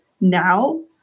now